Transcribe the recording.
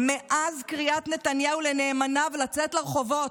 מאז קריאת נתניהו לנאמניו לצאת לרחובות.